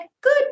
Good